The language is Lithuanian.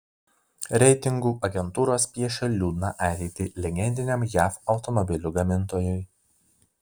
reitingų agentūros piešia liūdną ateitį legendiniam jav automobilių gamintojui